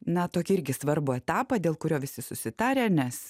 na tokį irgi svarbų etapą dėl kurio visi susitarę nes